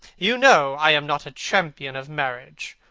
you know i am not a champion of marriage.